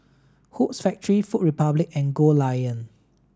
Hoops Factory Food Republic and Goldlion